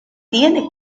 tiene